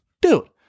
Dude